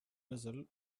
muzzles